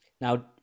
Now